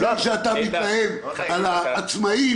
לפני שאתה מתלהם על העצמאים,